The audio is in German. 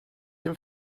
dem